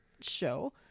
show